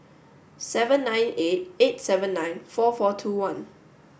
seven nine eight eight seven nine four four two one